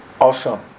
awesome